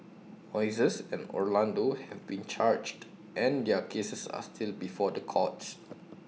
Moises and Orlando have been charged and their cases are still before the courts